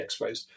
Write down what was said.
expos